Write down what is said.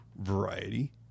variety